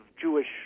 Jewish